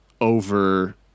over